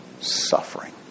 suffering